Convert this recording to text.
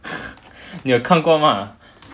你有看过吗